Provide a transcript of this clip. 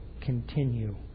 continue